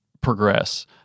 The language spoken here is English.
progress